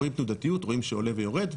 רואים תנודתיות רואים שעולה ויורד,